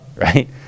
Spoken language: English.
Right